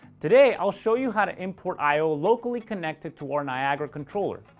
today i'll show you how to import i o locally connected to our niagara controller,